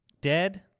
Dead